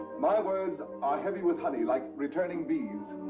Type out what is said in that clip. my words are heavy with honey, like returning bees.